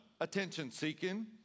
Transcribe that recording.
attention-seeking